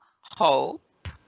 hope